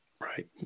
Right